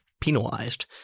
penalized